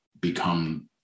become